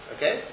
Okay